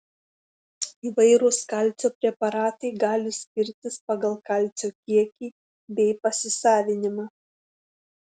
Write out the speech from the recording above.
įvairūs kalcio preparatai gali skirtis pagal kalcio kiekį bei pasisavinimą